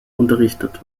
unterrichtete